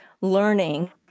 learning